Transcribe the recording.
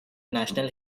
national